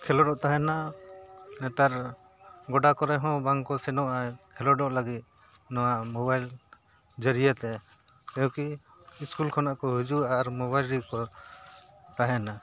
ᱠᱷᱮᱞᱳᱸᱰᱚᱜ ᱛᱟᱦᱮᱱᱟ ᱱᱮᱛᱟᱨ ᱜᱚᱰᱟ ᱠᱚᱨᱮ ᱦᱚᱸ ᱵᱟᱝ ᱠᱚ ᱥᱮᱱᱚᱜᱼᱟ ᱠᱷᱮᱞᱳᱸᱰᱚᱜ ᱞᱟᱹᱜᱤᱫ ᱱᱚᱣᱟ ᱢᱚᱵᱟᱭᱤᱞ ᱡᱟᱹᱨᱤᱭᱟᱹ ᱛᱮ ᱠᱮᱣᱠᱤ ᱤᱥᱠᱩᱞ ᱠᱷᱚᱱᱟᱜ ᱠᱚ ᱦᱤᱡᱩᱜᱼᱟ ᱟᱨ ᱢᱚᱵᱟᱭᱤᱞ ᱨᱮᱜᱮᱠᱚ ᱛᱟᱦᱮᱱᱟ